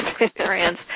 experience